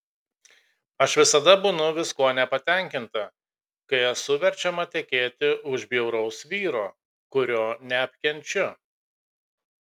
aš visada būnu viskuo nepatenkinta kai esu verčiama tekėti už bjauraus vyro kurio neapkenčiu